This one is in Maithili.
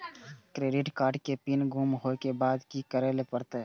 क्रेडिट कार्ड के पिन गुम होय के बाद की करै ल परतै?